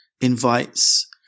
invites